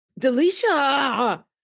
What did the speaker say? Delisha